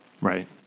right